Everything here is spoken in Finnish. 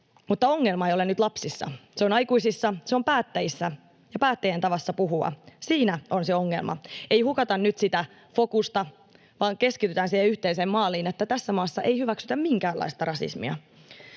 mutta ongelma ei ole nyt lapsissa. Se on aikuisissa, se on päättäjissä ja päättäjien tavassa puhua — siinä on se ongelma. Ei hukata nyt sitä fokusta, vaan keskitytään siihen yhteiseen maaliin, että tässä maassa ei hyväksytä minkäänlaista rasismia.